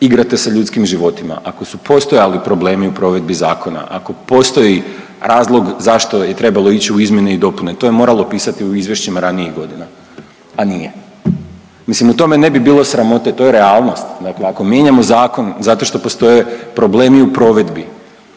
igrate sa ljudskim životima. Ako su postojali problemi u provedbi zakona, ako postoji razlog zašto je trebalo ići u izmjene i dopune, to je moralo pisati u izvješćima ranijih godina a nije. Mislim u tome ne bi bilo sramote, to je realnost. Dakle, ako mijenjamo zakon zato što postoje problemi u provedbi